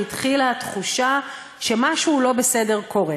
והתחילה תחושה שמשהו לא בסדר קורה.